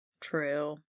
True